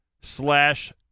slash